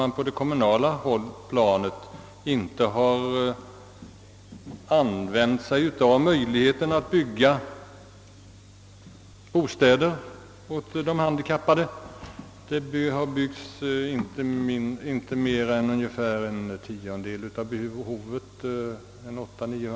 Att kommunerna inte helt har utnyttjat möjligheten att bygga bostäder åt de handikappade måste väl i någon mån bero på bristande samordning på det kommunala planet.